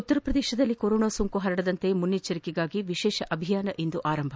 ಉತ್ತರ ಪ್ರದೇಶದಲ್ಲಿ ಕೊರೊನಾ ಸೋಂಕು ಹರಡದಂತೆ ಮುನ್ನೆಚ್ಚರಿಕೆಗಾಗಿ ವಿಶೇಷ ಅಭಿಯಾನ ಇಂದು ಆರಂಭ